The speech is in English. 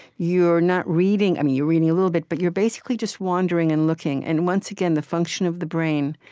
you're not reading i mean, you're reading a little bit, but you're basically just wandering and looking. and once again, the function of the brain,